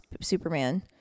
Superman